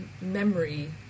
memory